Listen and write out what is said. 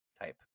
type